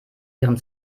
ihren